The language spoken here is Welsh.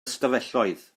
ystafelloedd